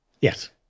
Yes